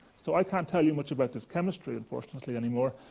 so i can't tell you much about this chemistry, unfortunately, anymore.